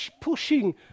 pushing